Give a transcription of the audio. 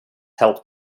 helped